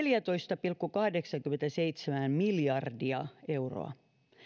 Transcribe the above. neljätoista pilkku kahdeksankymmentäseitsemän miljardia euroa